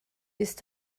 ist